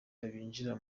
binjira